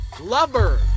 lover